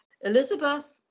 Elizabeth